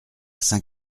saint